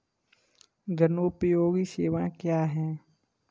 जनोपयोगी सेवाएँ क्या हैं?